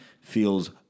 feels